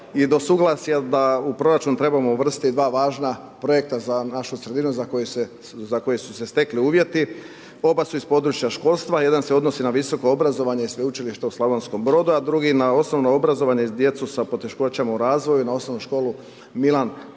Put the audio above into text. i do suglasja da u proračun trebamo uvrstiti dva važna projekta za našu sredinu, za koje su se stekli uvjeti. Oba su iz područja školstva, jedan se odnosi na visoko obrazovanje i Sveučilište u Slavonskom Brodu, a drugi, na osnovno obrazovanje i djecu sa poteškoćama u razvoju na OŠ Milan Ambruš